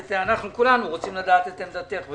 כולנו רוצים לדעת את עמדתך.